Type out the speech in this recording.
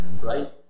right